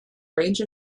range